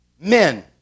men